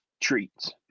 treats